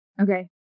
Okay